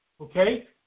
okay